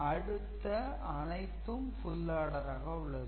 அடுத்த அனைத்தும் புல் ஆடராக உள்ளது